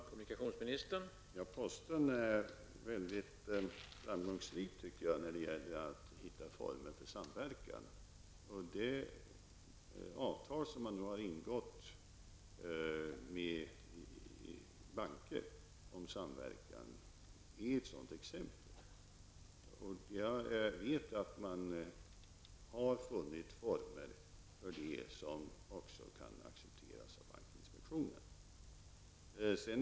Herr talman! Posten är väldigt framgångrik när det gäller att hitta former för samverkan. Det avtal som man nu har ingått med banker om samverkan är ett sådant exempel. Jag vet att man har funnit former härför som också kan accepteras av bankinspektionen.